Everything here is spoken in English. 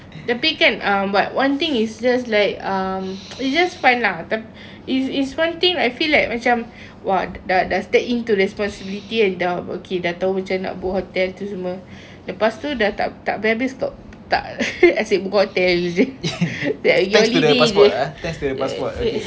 tapi kan ah but one thing is just like it's just fun lah tapi it's it's one thing like I feel like macam !wah! dah dah start into responsibility end up okay dah tahu macam mana nak book hotel tu semua lepas tu dah tak tak habis-habis stop tak asyik book hotel jer nak pergi holiday jer